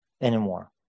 anymore